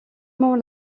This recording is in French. moment